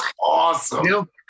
awesome